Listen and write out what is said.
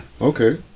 Okay